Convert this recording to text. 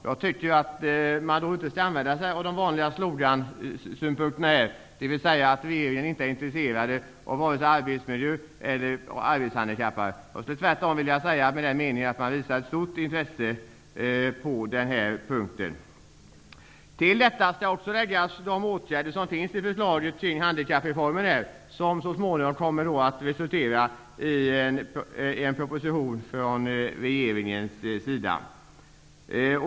Jag tycker att man då inte skall använda sig av de vanliga slogansynpunkterna, dvs. att regeringen inte är intresserad av vare sig arbetsmiljö eller arbetshandikappade. Jag menar tvärtom att den visar ett stort intresse på denna punkt. Till detta skall också läggas de åtgärder som finns i förslaget om handikappreformen. De kommer så småningom att resultera i en proposition från regeringen.